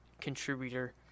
contributor